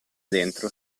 dentro